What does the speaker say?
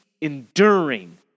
enduring